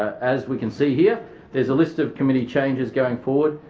as we can see here there's a list of committee changes going forward.